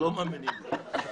היא צוחקת, לא מאמינים לי.